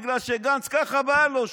בגלל שגנץ, ככה בא לו.